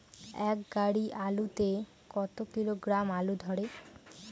এক গাড়ি আলু তে কত কিলোগ্রাম আলু ধরে?